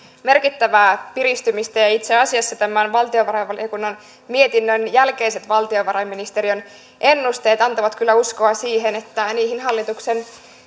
merkittävää piristymistä itse asiassa tämän valtiovarainvaliokunnan mietinnön jälkeiset valtiovarainministeriön ennusteet antavat kyllä uskoa siihen että niihin hallituksen